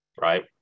right